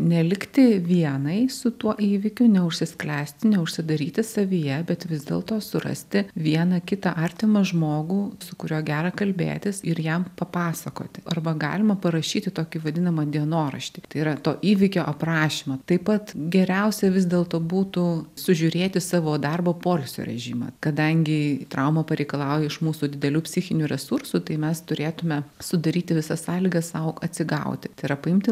nelikti vienai su tuo įvykiu neužsisklęsti neužsidaryti savyje bet vis dėlto surasti vieną kitą artimą žmogų su kuriuo gera kalbėtis ir jam papasakoti arba galima parašyti tokį vadinamą dienoraštį tai yra to įvykio aprašymą taip pat geriausia vis dėlto būtų sužiūrėti savo darbo poilsio režimą kadangi trauma pareikalauja iš mūsų didelių psichinių resursų tai mes turėtume sudaryti visas sąlygas sau atsigauti tai yra paimti